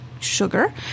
sugar